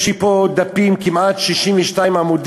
יש לי פה דפים, כמעט 62 עמודים,